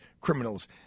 criminals